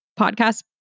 podcast